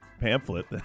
pamphlet